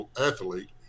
athlete